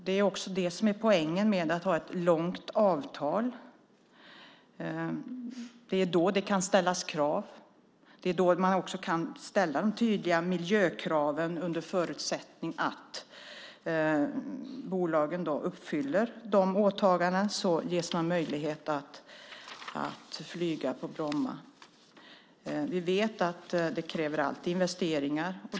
Det är också det som är poängen med att ha ett långt avtal. Det är då det kan ställas krav. Det är då man också kan ställa de tydliga miljökraven. Under förutsättning att bolagen uppfyller vissa åtaganden ges de möjlighet att flyga på Bromma. Vi vet att det alltid kräver investeringar.